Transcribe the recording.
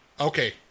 Okay